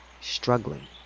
struggling